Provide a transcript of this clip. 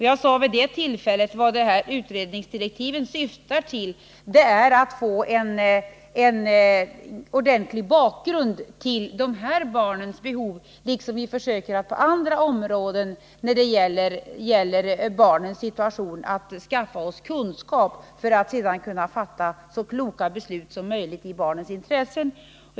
Jag sade vid det tillfället att utredningsdirektiven syftar till att få en ordentlig bakgrund till de här barnens behov, liksom vi på andra områden när det gäller barnens situation försöker skaffa oss kunskap för att kunna fatta så kloka beslut som möjligt i barnens intresse.